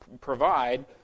provide